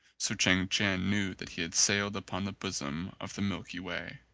so chang chien knew that he had sailed upon the bosom of the milky way.